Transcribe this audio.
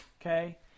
okay